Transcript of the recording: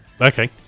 Okay